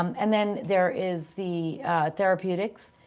um and then there is the therapeutics,